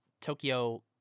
Tokyo